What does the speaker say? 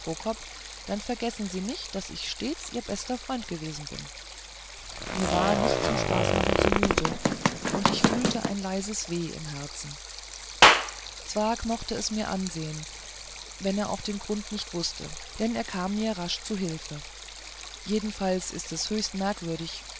dann vergessen sie nicht daß ich stets ihr bester freund gewesen bin mir war nicht zum spaßmachen zumute und ich fühlte ein leises weh im herzen zwakh mochte es mir ansehen wenn er auch den grund nicht wußte denn er kam mir rasch zu hilfe jedenfalls ist es höchst merkwürdig